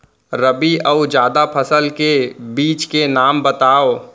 रबि अऊ जादा फसल के बीज के नाम बताव?